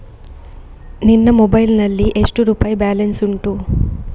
ನಿನ್ನ ಮೊಬೈಲ್ ನಲ್ಲಿ ಎಷ್ಟು ರುಪಾಯಿ ಬ್ಯಾಲೆನ್ಸ್ ಉಂಟು?